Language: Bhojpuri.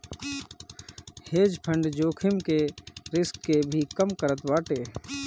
हेज फंड जोखिम के रिस्क के भी कम करत बाटे